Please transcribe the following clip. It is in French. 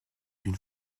d’une